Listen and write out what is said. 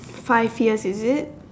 five years is it